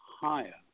higher